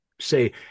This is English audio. say